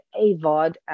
AVOD